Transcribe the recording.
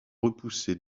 repoussé